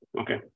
Okay